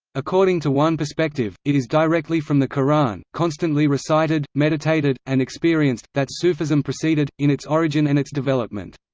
according to one perspective, it is directly from the qur'an, constantly recited, meditated, and experienced, that sufism proceeded, in its origin and its development.